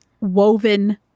woven